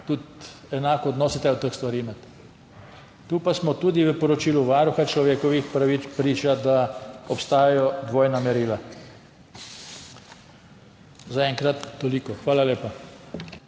tudi enak odnos je treba do teh stvari imeti. Tu pa smo tudi v poročilu Varuha človekovih pravic priča, da obstajajo dvojna merila. Zaenkrat toliko. Hvala lepa.